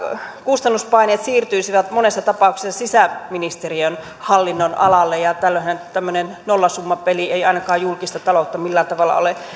kustannuspaineet siirtyisivät monessa tapauksessa sisäministeriön hallinnonalalle ja tällöinhän tämmöinen nollasummapeli ei ainakaan julkista taloutta millään tavalla ole